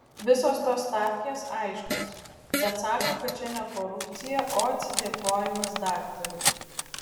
visos tos stavkės aiškios bet sako kad čia ne korupcija o atsidėkojimas daktarui